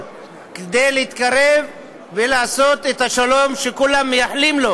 כדי להתקרב ולעשות את השלום שכולם מייחלים לו.